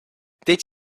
did